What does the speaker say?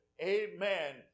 Amen